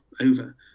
over